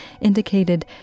indicated